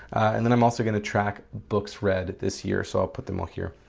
and then i'm also going to track books read this year, so i'll put them all here.